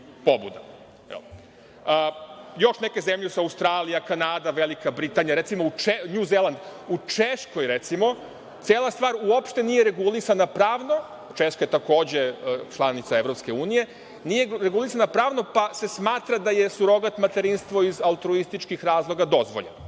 Još neke zemlje su Australija, Kanada, Velika Britanija, Novi Zeland. Recimo u Češkoj, cela stvar uopšte nije regulisana pravno, Češka je takođe članica EU, nije regulisana pravno pa se smatra da je surogat materinstvo iz altruističkih razloga dozvoljeno. Hoću